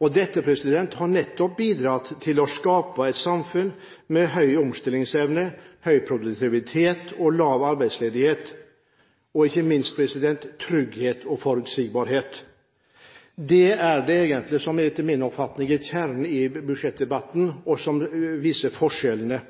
landet. Dette har nettopp bidratt til å skape et samfunn med høy omstillingsevne, høy produktivitet og lav arbeidsledighet og, ikke minst, trygghet og forutsigbarhet. Det er det som etter min oppfatning egentlig er kjernen i budsjettdebatten, og som viser forskjellene.